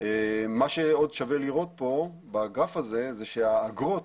מה שעוד שווה לראות פה, בגרף הזה, זה שהאגרות